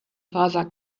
father